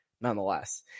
nonetheless